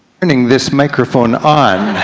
turning this microphone on,